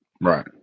Right